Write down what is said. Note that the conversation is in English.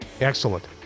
Excellent